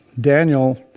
Daniel